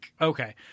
Okay